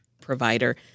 provider